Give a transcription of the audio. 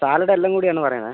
salad എല്ലാം കൂടി ആണ് പറയുന്നത്